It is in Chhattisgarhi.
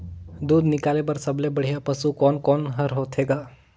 दूध निकाले बर सबले बढ़िया पशु कोन कोन हर होथे ग?